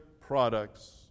products